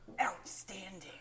Outstanding